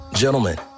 Gentlemen